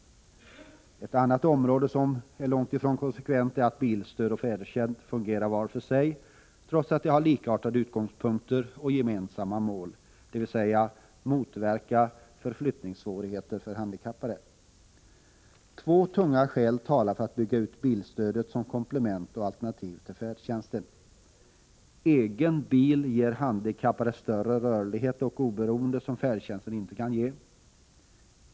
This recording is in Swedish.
Det finns ett annat område där man är långt ifrån konsekvent. Det gäller bilstödet och färdtjänsten som fungerar var för sig, trots att de har likartade utgångspunkter och gemensamma mål — dvs. att motverka förflyttningssvårigheter för handikappade. Två tunga skäl talar för en utbyggnad av bilstödet som ett komplement och alternativ till färdtjänsten: Egen bil innebär för handikappade större rörlighet och oberoende, något som färdtjänsten inte kan ge.